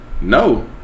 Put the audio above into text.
No